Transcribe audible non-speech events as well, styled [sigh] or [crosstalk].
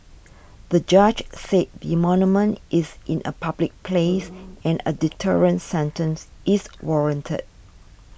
the judge said the monument is in a public place [noise] and a deterrent sentence is warranted